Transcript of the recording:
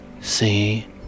See